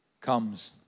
comes